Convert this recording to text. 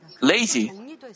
lazy